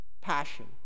Passion